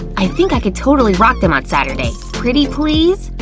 i think i could totally rock them on saturday. pretty please?